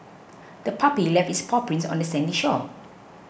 the puppy left its paw prints on the sandy shore